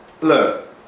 Look